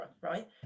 right